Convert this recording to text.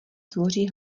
tvoří